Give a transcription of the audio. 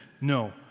no